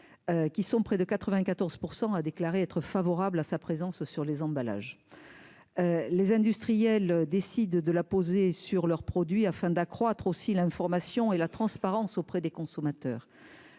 qui sont près de 94 % a déclaré être favorable à sa présence sur les emballages, les industriels décide de la poser sur leurs produits afin d'accroître aussi l'information et la transparence auprès des consommateurs,